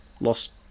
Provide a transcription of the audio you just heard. lost